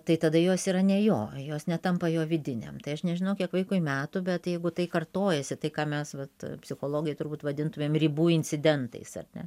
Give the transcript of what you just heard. tai tada jos yra ne jo jos netampa jo vidinėm tai aš nežinau kiek vaikui metų bet jeigu tai kartojasi tai ką mes vat psichologai turbūt vadintumėm ribų incidentais ar ne